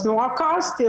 אז נורא כעסתי,